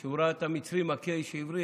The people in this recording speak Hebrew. שכשהוא ראה את המצרי מכה איש עברי,